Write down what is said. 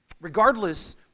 regardless